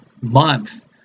month